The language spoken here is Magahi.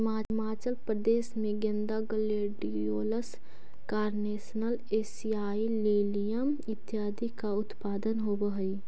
हिमाचल प्रदेश में गेंदा, ग्लेडियोलस, कारनेशन, एशियाई लिलियम इत्यादि का उत्पादन होवअ हई